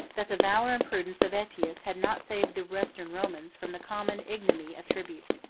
that the valor and prudence of aetius had not saved the western romans from the common ignominy of tribute.